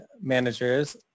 managers